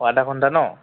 অঁ আধা ঘণ্টা নহ্